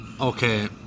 Okay